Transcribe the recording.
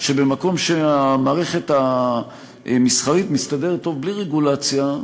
שבמקום שהמערכת המסחרית מסתדרת טוב בלי רגולציה,